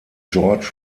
george